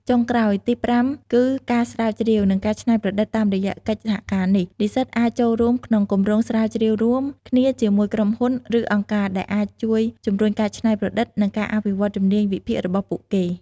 ចុងក្រោយទីប្រាំគឺ ការស្រាវជ្រាវ និងការច្នៃប្រឌិត តាមរយៈកិច្ចសហការនេះ និស្សិតអាចចូលរួមក្នុងគម្រោងស្រាវជ្រាវរួមគ្នាជាមួយក្រុមហ៊ុន ឬអង្គការ ដែលអាចជួយជំរុញការច្នៃប្រឌិត និងការអភិវឌ្ឍជំនាញវិភាគរបស់ពួកគេ។